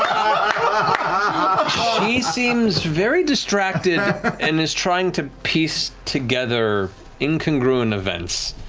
ah seems very distracted and is trying to piece together incongruent events,